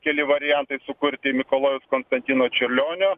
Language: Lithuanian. keli variantai sukurti mikalojaus konstantino čiurlionio